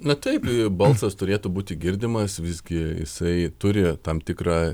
na taip balsas turėtų būti girdimas visgi jisai turi tam tikrą